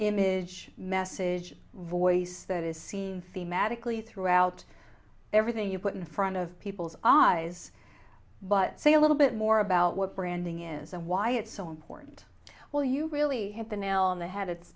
image message voice that is seen thematic lee throughout everything you put in front of people's eyes but say a little bit more about what branding is and why it's so important well you really hit the nail on the head it's